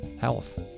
health